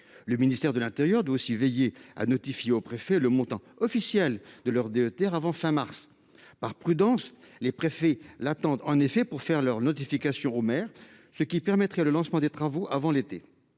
Le ministère de l’intérieur doit aussi veiller à notifier aux préfets le montant officiel de leur DETR avant fin mars. Par prudence, les préfets l’attendent pour faire les notifications aux maires, ce qui permettrait le lancement des travaux avant l’été.